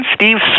Steve